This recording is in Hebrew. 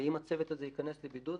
ואם הצוות הזה ייכנס לבידוד,